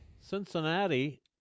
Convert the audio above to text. Cincinnati